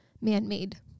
man-made